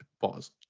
Pause